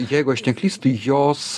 jeigu aš neklystu jos